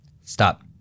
stop